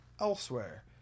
elsewhere